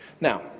Now